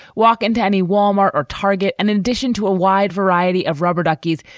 walk into any wal-mart or target, an addition to a wide variety of rubber duckies.